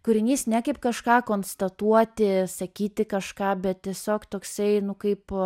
kūrinys ne kaip kažką konstatuoti sakyti kažką bet tiesiog toksai nu kaip